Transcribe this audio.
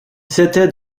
s’étaient